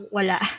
Wala